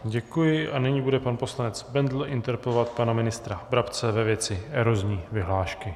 Děkuji a nyní bude pan poslanec Bendl interpelovat pana ministra Brabce ve věci erozní vyhlášky.